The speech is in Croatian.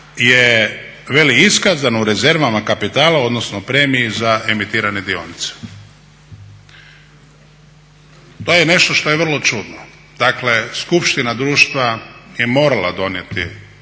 je veli iskazano u rezervama kapitala odnosno premiji za emitirane dionice. To je nešto što je vrlo čudno. Dakle, skupština društva je morala donijeti